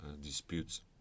disputes